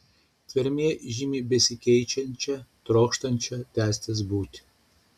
tvermė žymi besikeičiančią trokštančią tęstis būtį